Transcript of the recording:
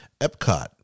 Epcot